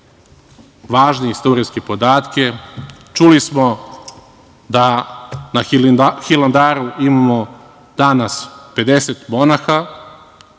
važne istorijske podatke, čuli smo da na Hilandaru imamo danas 50 monaha,